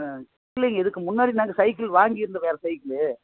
ஆ இல்லைங்க இதுக்கு முன்னாடி நாங்கள் சைக்கிள் வாங்கியிருந்தோம் வேறு சைக்கிள்